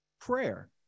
prayer